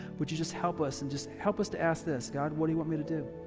would you just help us and just help us to ask this god, what do you want me to do?